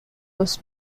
was